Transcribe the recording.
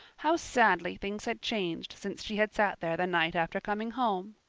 how sadly things had changed since she had sat there the night after coming home!